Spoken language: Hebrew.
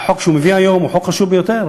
והחוק שהוא מביא היום הוא חוק חשוב ביותר.